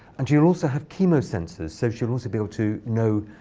and she will also have chemosensors so she'll also be able to know,